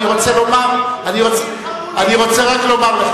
אני רוצה רק לומר לך,